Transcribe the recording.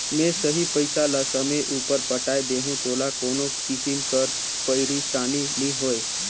में सही पइसा ल समे उपर पटाए देहूं तोला कोनो किसिम कर पइरसानी नी होए